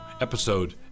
episode